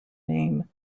name